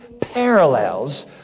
parallels